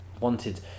wanted